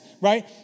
right